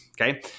Okay